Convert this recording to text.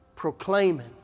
Proclaiming